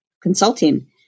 consulting